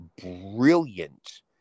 brilliant